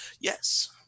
Yes